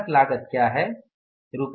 मानक लागत क्या है